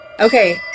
Okay